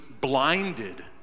blinded